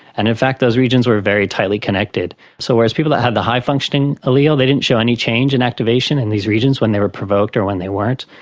and in fact those regions were very tightly connected. so whereas people that had the high functioning allele, they didn't show any change in activation in these regions when they were provoked or when they weren't,